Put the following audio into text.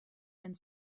and